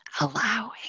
allowing